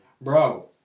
Bro